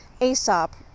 Aesop